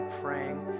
praying